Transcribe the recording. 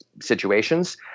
situations